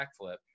backflip